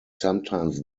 sometimes